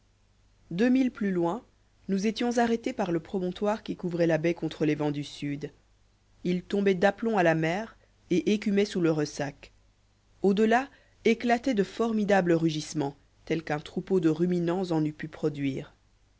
milles plus loin nous étions arrêtés par le promontoire qui couvrait la baie contre les vents du sud il tombait d'aplomb à la mer et écumait sous le ressac au-delà éclataient de formidables rugissements tels qu'un troupeau de ruminants en eût pu produire